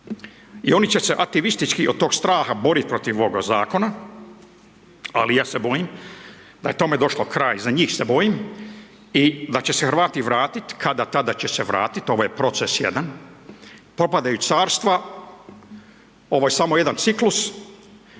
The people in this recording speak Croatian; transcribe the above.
i oni će se aktivistički od tog straha borit protiv ovoga Zakona, ali ja se bojim da je tome došlo kraj, za njih se bojim i da će se Hrvati vratit, kada tada će se vratit, ovo je proces jedan, propadajući carstva, ovo je samo jedan ciklus.